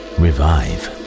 revive